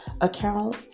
account